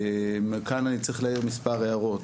כאן אני צריך להעיר מספר הערות,